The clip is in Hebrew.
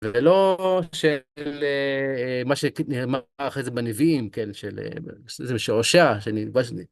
ולא של מה שקראתי אמרתי אחרי זה בנביאים, כן, של איזו ששורשיה שאני בז לי...